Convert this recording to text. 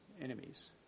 enemies